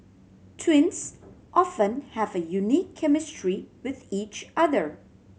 twins often have a unique chemistry with each other